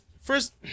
first